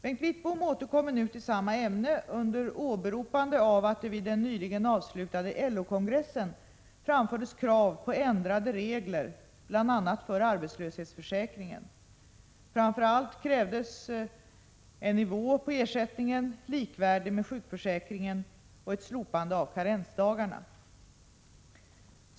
Bengt Wittbom återkommer nu till samma ämne under åberopande av att det vid den nyligen avslutade LO-kongressen framfördes krav på ändrade regler bl.a. för arbetslöshetsförsäkringen — framför allt krävdes en nivå på ersättningen som är likvärdig med sjukförsäkringen och ett slopande av karensdagarna.